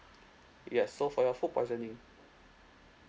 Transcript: yes so for your food poisoning